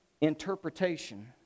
interpretation